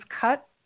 cut